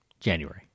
January